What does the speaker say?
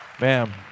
Ma'am